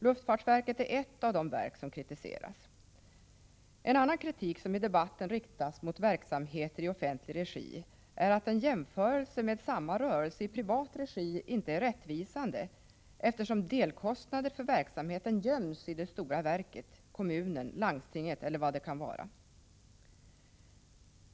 Luftfartsverket är ett av de verk som kritiseras. En annan kritik som i debatten riktas mot verksamheter i offentlig regi är att en jämförelse med samma rörelse i privat regi inte är rättvisande, eftersom delkostnader för verksamheten ju göms i det stora verket, kommunen, landstinget eller vad det kan vara.